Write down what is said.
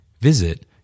Visit